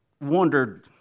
wondered